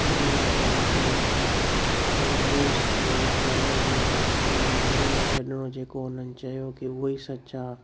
इन लाइ पाण खे हुन न्यूस जो चैनल जो ईअं मञी न छॾिणो जेको हुननि चयो की उहो ई सच आहे